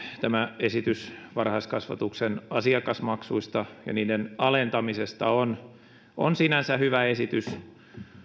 tämä esitys varhaiskasvatuksen asiakasmaksuista ja niiden alentamisesta on on sinänsä hyvä esitys